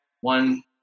one